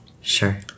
Sure